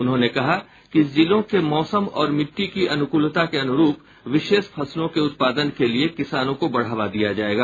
उन्होंने कहा कि जिलों के मौसम और मिट्टी की अनुकूलता के अनुरूप विशेष फसलों के उत्पादन के लिये किसानों को बढ़ावा दिया जायेगा